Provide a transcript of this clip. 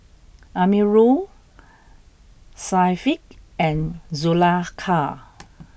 Amirul Syafiq and Zulaikha